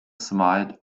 smiled